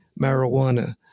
marijuana